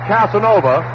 Casanova